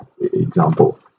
example